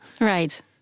Right